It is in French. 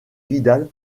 vidal